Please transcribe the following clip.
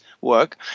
work